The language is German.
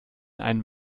einen